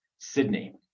Sydney